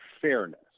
fairness